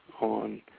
on